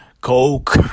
Coke